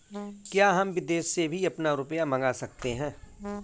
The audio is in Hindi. क्या हम विदेश से भी अपना रुपया मंगा सकते हैं?